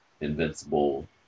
Invincible